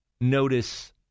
notice